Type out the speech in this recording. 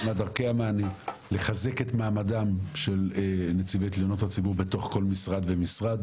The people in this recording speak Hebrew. מה דרכי המענה לחזק את מעמדם של נציבי תלונות הציבור בתוך כל משרד ומשרד